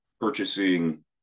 purchasing